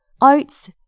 oats